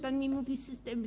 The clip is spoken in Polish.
Pan mi mówi: system.